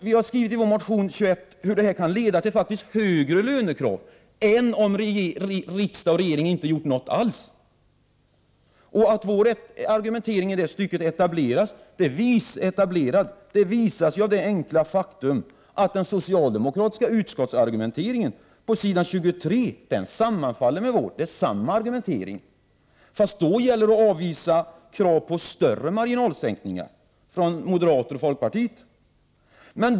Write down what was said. Vi har i vår motion 25 Sk21 beskrivit hur detta faktiskt kan leda till högre lönekrav än om riksdag och regering inte hade gjort någonting alls. Att vår argumentering i det stycket är etablerad visas av det enkla faktum att den socialdemokratiska utskottsargumenteringen på s. 23 i betänkandet sammanfaller med vår argumentering. Men där gäller det för utskottsmajoriteten att avvisa krav på större marginalskattesänkningar från moderaterna och folkpartiet.